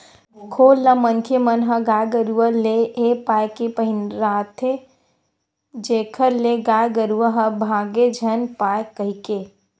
खोल ल मनखे मन ह गाय गरुवा ले ए पाय के पहिराथे जेखर ले गाय गरुवा ह भांगे झन पाय कहिके